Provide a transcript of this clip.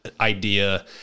idea